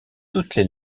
toutes